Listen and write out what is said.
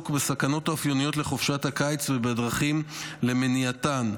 בסכנות האופייניות לחופשת הקיץ ובדרכים למניעתן.